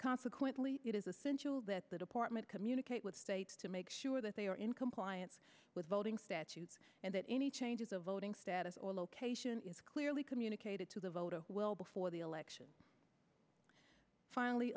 consequently it is essential that the department communicate with states to make sure that they are in compliance with voting statutes and that any changes of voting status or location is clearly communicated to the voter well before the election finally